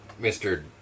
Mr